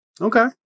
Okay